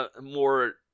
more